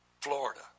Florida